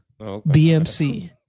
BMC